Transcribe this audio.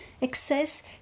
Excess